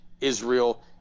Israel